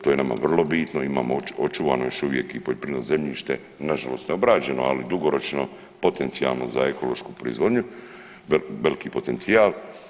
To je nama vrlo bitno, imamo očuvano još uvijek i poljoprivredno zemljište, na žalost obrađeno ali dugoročno potencijalno za ekološku proizvodnju veliki potencijal.